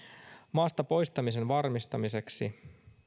maasta poistamisen varmistamiseksi